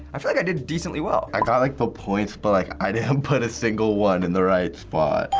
i feel like i did decently well. i got like the points, but like i didn't um put a single one in the right spot.